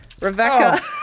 Rebecca